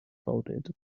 folded